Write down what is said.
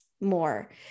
More